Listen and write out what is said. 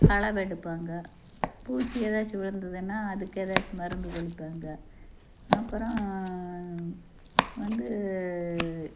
களவு எடுப்பாங்க பூச்சி எதாச்சி விழுந்துதுனா அதுக்கு எதாச்சி மருந்து தெளிப்பாங்க அப்பறம் வந்து